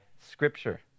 scripture